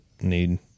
need